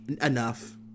enough